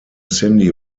cindy